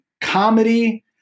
comedy